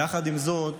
יחד עם זאת,